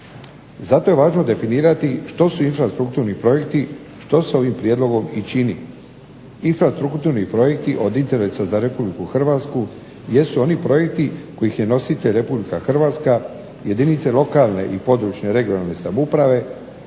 Zato je važno definirati što su infrastrukturni projekti, što se ovim prijedlogom i čini. Infrastrukturni projekti od interesa za RH jesu oni projekti kojih je nositelj RH, jedinice lokalne i područne (regionalne) samouprave,